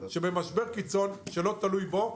שבמשבר קיצון שלא תלוי בו,